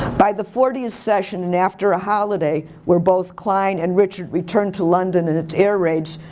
by the fortieth session and after a holiday where both klein and richard returned to london and its air raids,